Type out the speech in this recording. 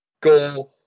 go